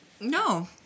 No